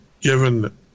given